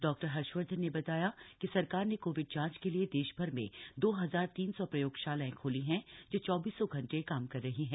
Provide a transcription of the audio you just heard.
doctor Harshvardhan ने बताया कि सरकार ने कोविड जांच के लिए देशभर में दो हजार तीन सौ प्रयोगशालाएं खोली हैं जो चौबीसों घंटे काम कर रही हैं